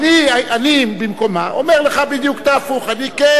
אני במקומה אומר לך בדיוק את ההפוך: אני כן,